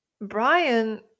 Brian